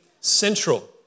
central